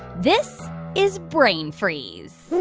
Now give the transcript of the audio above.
this is brain freeze!